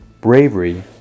Bravery